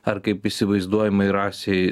ar kaip įsivaizduojamai rasei